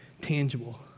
tangible